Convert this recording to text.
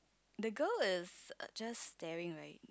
the girl is just staring right